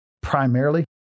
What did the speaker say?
primarily